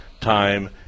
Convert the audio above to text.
time